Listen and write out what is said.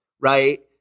right